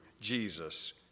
Jesus